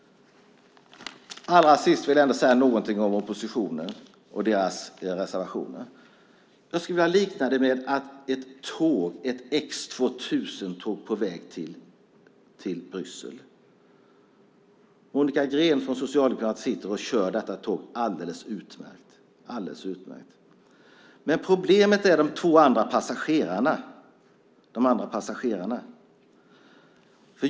Allra sist vill jag ändå säga någonting om oppositionen och deras reservationer. Jag skulle vilja likna det vid ett X 2000-tåg på väg till Bryssel. Monica Green från Socialdemokraterna kör detta tåg alldeles utmärkt. Problemet är de två andra passagerarna.